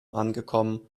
angekommen